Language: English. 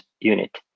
Unit